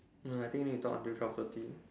no I think need talk until twelve thirty